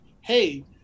hey